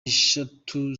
neshatu